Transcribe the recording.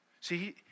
See